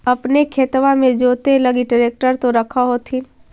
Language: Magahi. अपने खेतबा मे जोते लगी ट्रेक्टर तो रख होथिन?